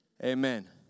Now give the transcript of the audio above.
Amen